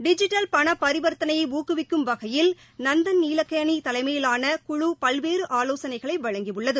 digital பணபரிவர்த்தனையைஊக்குவிக்கும் வகையில் நந்தன் நீல்கேளிதலைமையிலான குழு பல்வேறுஆலோசனைகளைவழங்கியுள்ளது